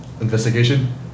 Investigation